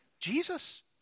Jesus